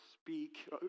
speak